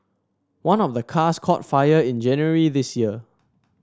one of the cars caught fire in January this year